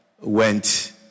went